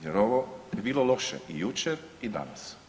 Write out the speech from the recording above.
Jer ovo je bilo loše i jučer i danas.